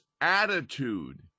attitude